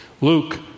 Luke